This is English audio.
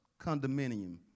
condominium